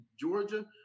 Georgia